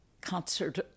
concert